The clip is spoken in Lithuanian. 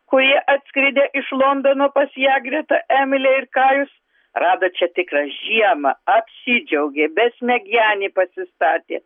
kurie atskridę iš londono pas ją greta emilė ir kajus rado čia tikrą žiemą apsidžiaugė besmegenį pasistatė